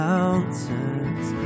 Mountains